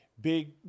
big